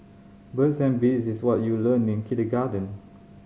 birds and bees is what you learnt in kindergarten